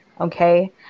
Okay